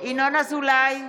ינון אזולאי,